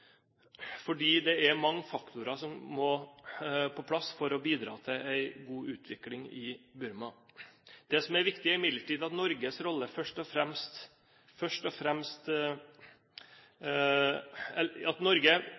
fordi det er mange faktorer som må på plass for å bidra til en god utvikling i Burma. Det som er viktig, er imidlertid at Norge bygger sin rolle gjennom å bidra til en mest mulig koordinert internasjonal holdning – og